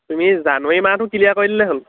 তুমি জানুৱাৰী মাহটো ক্লিয়াৰ কৰি দিলেই হ'ল